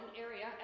area